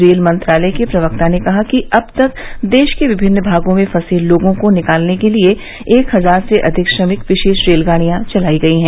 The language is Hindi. रेल मंत्रालय के प्रवक्ता ने कहा कि अब तक देश के विभिन्न भागों में फसे लोगों को निकालने के लिए एक हजार से अधिक श्रमिक विशेष रेलगाड़ियां चलाई गई हैं